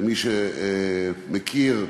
ומי שמכיר,